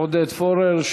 עודד פורר.